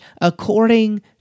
according